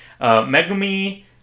Megumi